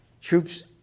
Troops